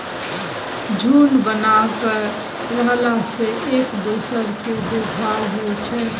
झूंड बना कय रहला सँ एक दोसर केर देखभाल होइ छै